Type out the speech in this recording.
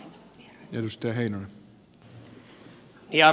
arvoisa puhemies